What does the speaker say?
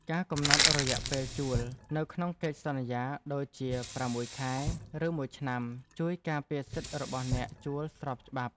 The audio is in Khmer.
ការកំណត់រយៈពេលជួលនៅក្នុងកិច្ចសន្យាដូចជាប្រាំមួយខែ ឬមួយឆ្នាំជួយការពារសិទ្ធិរបស់អ្នកជួលស្របច្បាប់។